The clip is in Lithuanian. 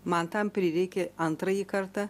man tam prireikė antrąjį kartą